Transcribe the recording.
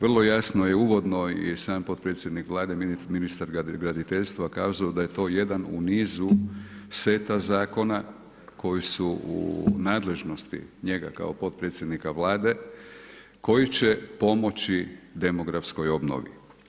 Vrlo jasno je uvodno i sam podpredsjednik Vlade ministar graditeljstva kazao da je to jedan u nizu seta zakona koji su u nadležnosti njega kao podpredsjednika Vlade, koji će pomoći demografskoj obnovi.